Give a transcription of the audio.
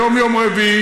היום יום רביעי,